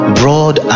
broad